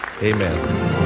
Amen